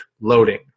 loading